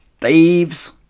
Thieves